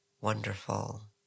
wonderful